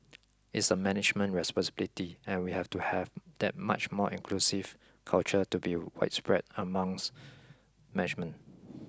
it's a management responsibility and we have to have that much more inclusive culture to be widespread amongst management